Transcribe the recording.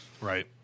Right